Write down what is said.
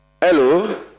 Hello